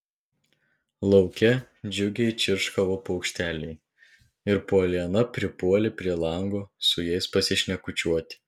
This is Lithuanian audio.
lauke džiugiai čirškavo paukšteliai ir poliana pripuolė prie lango su jais pasišnekučiuoti